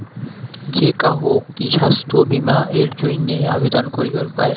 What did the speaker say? যে কাহো কি স্বাস্থ্য বীমা এর জইন্যে আবেদন করিবার পায়?